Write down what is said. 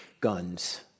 guns